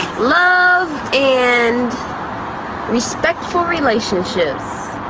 love and respectful relationships.